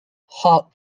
heart